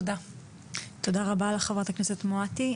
תודה רבה לחברת הכנסת מואטי.